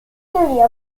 teoria